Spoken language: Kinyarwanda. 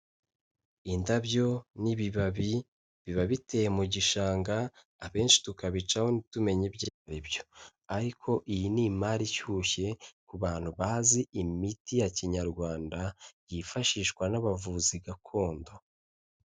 Indabyo n'ibibabi biba biteye mu gishanga abenshi tukabicaho ntitumenya ibyo aribyo, ariko iyi ni imari ishyushye ku bantu bazi imiti ya Kinyarwanda yifashishwa n'abavuzi gakondo.